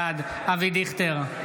בעד אבי דיכטר,